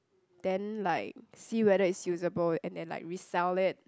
then like see whether it's usable and then like resell it